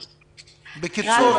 --- אז קודם כל